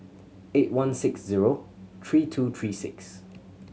eight one six zero three two three six